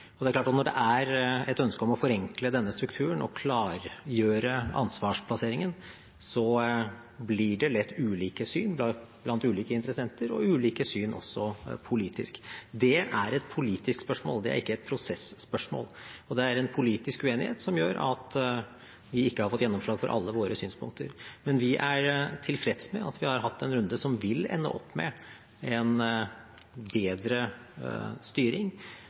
Når det er et ønske om å forenkle denne strukturen og klargjøre ansvarsplasseringen, blir det lett ulike syn blant ulike interessenter og ulike syn også politisk. Det er et politisk spørsmål, det er ikke et prosesspørsmål. Det er en politisk uenighet som gjør at vi ikke har fått gjennomslag for alle våre synspunkter, men vi er tilfreds med at vi har hatt en runde som vil ende opp med en bedre styring